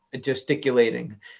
gesticulating